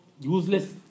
useless